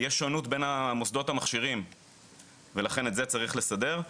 יש שונות בין המוסדות המכשירים ואת זה צריך לסדר.